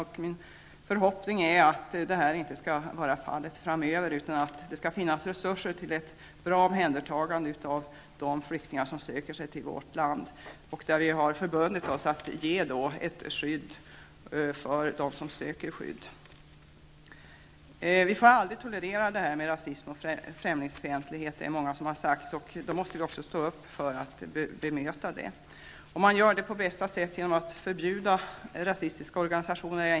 Min förhoppning är att så inte skall bli fallet framöver, utan att det skall finnas resurser till ett bra omhändertagande av de flyktingar som söker sig till vårt land. Vi har ju förbundit oss att ge skydd åt dem som söker skydd. Det är många som har sagt att vi aldrig får tolerera rasism och främlingsfientlighet, och då måste vi också stå upp och bemöta sådana tendenser. Jag är inte alldeles övertygad om att man gör detta på bästa sätt genom att förbjuda rasistiska organisationer.